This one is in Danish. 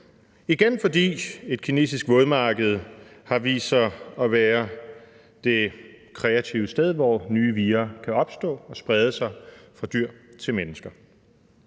Igen, fordi et kinesisk vådmarked har vist sig at være det kreative sted, hvor nye vira kan opstå og sprede sig fra dyr til mennesker.